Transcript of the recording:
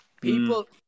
People